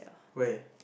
where